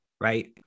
right